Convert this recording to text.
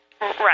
Right